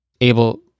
able